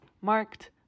marked